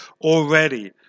already